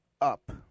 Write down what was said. up